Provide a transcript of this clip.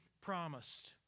promised